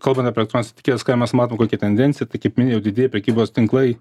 kalbant apie elektronines etiketes ką mes matom kokia tendencija tai kaip minėjau didieji prekybos tinklai